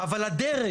אבל הדרג